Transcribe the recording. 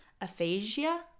aphasia